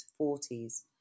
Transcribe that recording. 40s